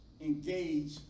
engage